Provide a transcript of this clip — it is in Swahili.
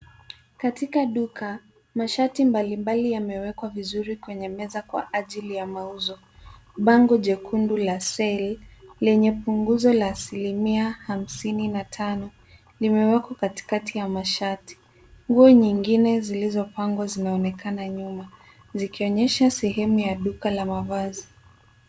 Katika duk,a masharti mbalimbali yamewekwa vizuri kwenye meza kwa ajili ya mauzo. Bango jekundu la sell lenye punguzo la asilimia hamsini na tano limewekwa katikati ya masharti. Nguo nyingine zilizopangwa zinaonekana nyuma zikionyesha sehemu ya duka la mavazi.